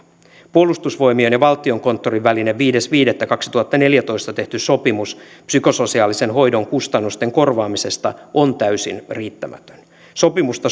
puolustusvoimien ja valtiokonttorin välinen viides viidettä kaksituhattaneljätoista tehty sopimus psykososiaalisen hoidon kustannusten korvaamisesta on täysin riittämätön sopimusta